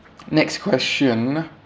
next question